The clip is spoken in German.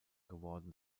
geworden